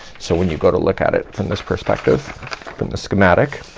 so when you go to look at it from this perspective in the schematic,